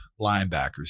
linebackers